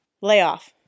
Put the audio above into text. layoff